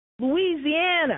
Louisiana